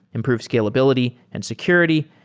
improve scalability and security,